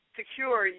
secure